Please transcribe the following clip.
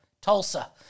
Tulsa